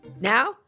Now